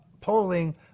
polling